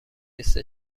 لیست